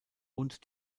und